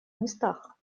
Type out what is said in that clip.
местах